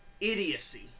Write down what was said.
idiocy